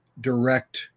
direct